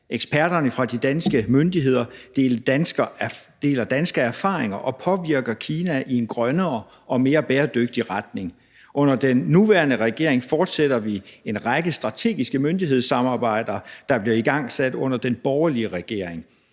Eksperterne fra de danske myndigheder deler danske erfaringer og påvirker Kina i en grønnere og mere bæredygtig retning. Under den nuværende regering fortsætter vi en række strategiske myndighedssamarbejder, der blev igangsat under den borgerlige regering.